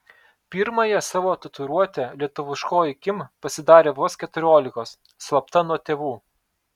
pirmąją savo tatuiruotę lietuviškoji kim pasidarė vos keturiolikos slapta nuo tėvų